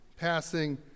passing